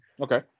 Okay